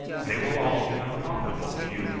they will all be unprofitable to you,